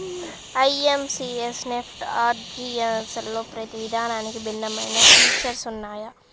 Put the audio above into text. IMPS, NEFT, ఆర్టీజీయస్లలో ప్రతి విధానానికి భిన్నమైన ఫీచర్స్ ఉన్నయ్యి